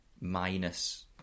minus